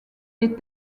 les